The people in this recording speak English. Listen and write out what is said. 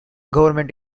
government